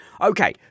Okay